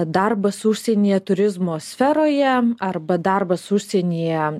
darbas užsienyje turizmo sferoje arba darbas užsienyje